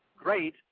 great